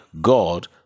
God